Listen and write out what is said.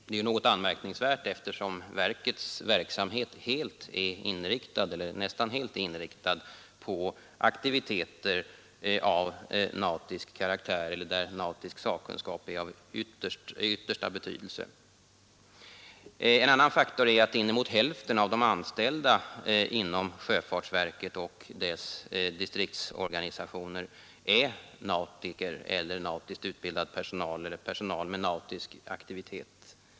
Detta är anmärkningsvärt, eftersom verkets arbete nästan helt är inriktat på aktiviteter av nautisk karaktär eller där nautisk sakkunskap är av yttersta betydelse. En annan faktor är att inemot hälften av de anställda inom sjöfartsverket och dess distriktsorganisationer är nautiskt utbildad personal eller personal med nautiskt arbete.